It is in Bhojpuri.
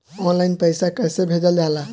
ऑनलाइन पैसा कैसे भेजल जाला?